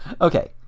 Okay